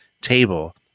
table